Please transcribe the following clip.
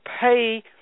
pay